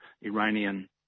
Iranian